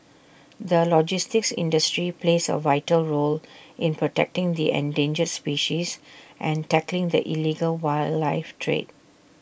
the logistics industry plays A vital role in protecting the endangered species and tackling the illegal wildlife trade